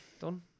Done